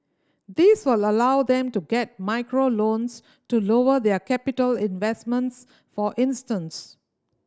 this will allow them to get micro loans to lower their capital investments for instance